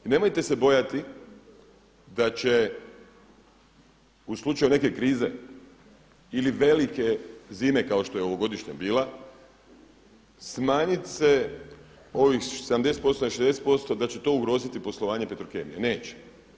I nemojte se bojati da će u slučaju neke krize ili velike zime kao što je ovogodišnja bila smanjit se ovih 70% na 60%, da će to ugroziti poslovanje Petrokemije, neće.